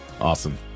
Awesome